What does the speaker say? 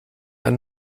ein